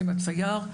עם הצייר,